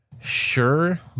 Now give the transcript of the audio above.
sure